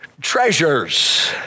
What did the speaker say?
treasures